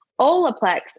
Olaplex